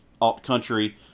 alt-country